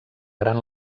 gran